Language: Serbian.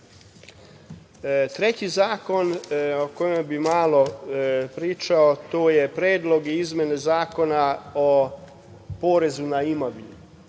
zakon o kojem bi malo pričao jeste Predlog izmene Zakona o porezu na imovinu.